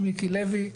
וכן,